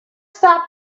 stop